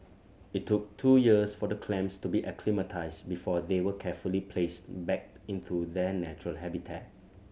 it took two years for the clams to be acclimatised before they were carefully placed back into their natural habitat